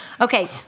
Okay